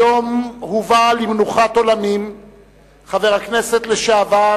היום הובא למנוחת עולמים חבר הכנסת לשעבר,